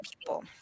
people